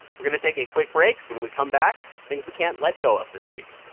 we're going to take a quick break. when we come back, things we can't let go of this week